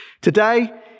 Today